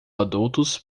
adultos